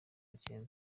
bucyeye